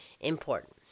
important